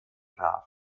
traf